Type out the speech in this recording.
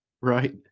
Right